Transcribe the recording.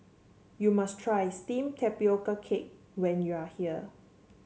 you must try steamed Tapioca Cake when you are here